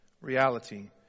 reality